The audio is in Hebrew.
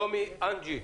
שלומי אנג'י.